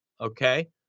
okay